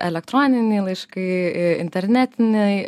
elektroniniai laiškai internetiniai